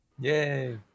yay